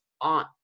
on